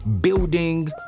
building